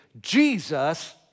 Jesus